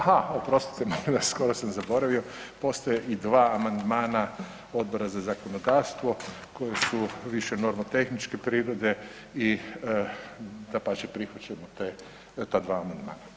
Aha, oprostite, skoro sam zaboravio, postoje i dva amandmana Odbora za zakonodavstva koji su više normotehničke prirode i dapače, prihvaćamo ta dva amandmana.